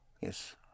Yes